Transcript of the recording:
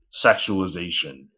sexualization